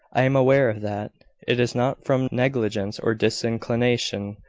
i am aware of that. it is not from negligence or disinclination,